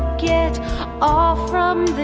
get off from